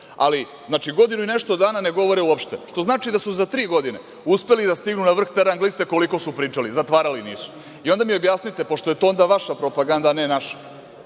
ali godinu i nešto dana ne govore uopšte, što znači da su za tri godine uspeli da stignu na vrh te rang liste koliko su pričali, zatvarali nisu.I onda mi objasnite, pošto je to vaša propaganda, a ne naša